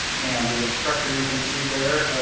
and the instructor, you can see there,